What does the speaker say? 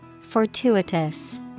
Fortuitous